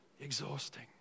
exhausting